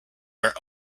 were